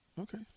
okay